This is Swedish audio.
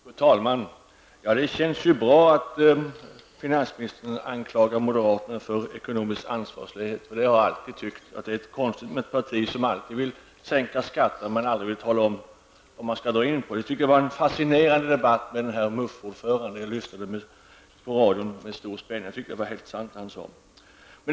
Fru talman! Det känns bra att finansministern anklagar moderaterna för ekonomisk ansvarslöshet. Jag har alltid tyckt att det är något konstigt med ett parti som alltid vill sänka skatterna men aldrig vill tala om vad man skall dra in på. Debatten om MUF-ordföranden var fascinerande; jag lyssnade på den på radion med stor spänning. Det som finansministern sade var helt sant.